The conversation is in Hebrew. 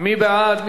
מי בעד?